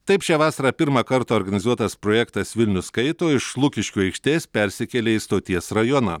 taip šią vasarą pirmą kartą organizuotas projektas vilnius skaito iš lukiškių aikštės persikėlė į stoties rajoną